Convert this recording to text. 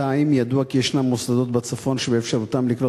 2. ידוע כי ישנם מוסדות בצפון שבאפשרותם לקלוט